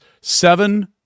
seven